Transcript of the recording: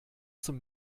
zum